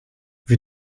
wir